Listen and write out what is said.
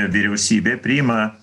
vyriausybė priima